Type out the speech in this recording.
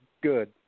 good